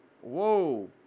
whoa